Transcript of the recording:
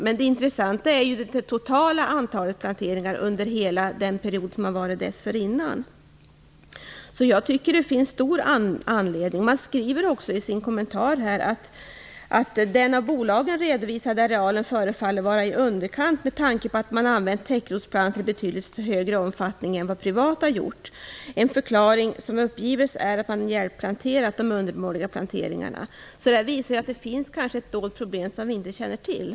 Men det intressanta är ju det totala antalet planteringar under hela perioden dessförinnan. Man skriver i sin kommentar: Den av bolagen redovisade arealen förefaller vara i underkant med tanke på att man har använt täckrotsplantor i betydligt högre omfattning än vad privata gjort. En förklaring som uppgives är att man hjälpplanterat de undermåliga planteringarna. Detta visar att det kanske finns ett dolt problem, ett problem som vi inte känner till.